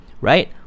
right